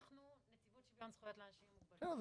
אנחנו נציבות שוויון זכויות לאנשים עם מוגבלות --- בסדר,